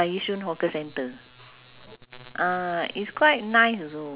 the street eh I forgot ah what's the number you can google ah you g~